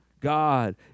God